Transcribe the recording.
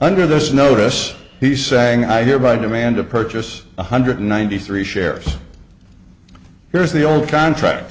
under those notice he's saying i hereby demand to purchase one hundred ninety three shares here's the old contract